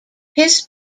his